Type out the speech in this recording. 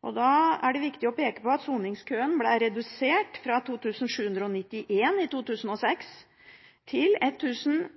Da er det viktig å peke på at soningskøen ble redusert fra 2 791 i 2006 til 1